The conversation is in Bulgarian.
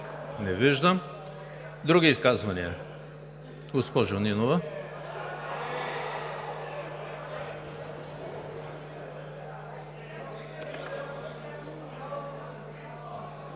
Не виждам. Други изказвания? Госпожо Нинова.